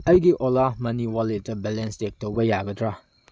ꯑꯩꯒꯤ ꯑꯣꯂꯥ ꯃꯅꯤ ꯋꯥꯜꯂꯦꯠꯇ ꯕꯦꯂꯦꯁ ꯆꯦꯛ ꯇꯧꯕ ꯌꯥꯒꯗ꯭ꯔꯥ